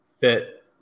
fit